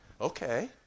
Okay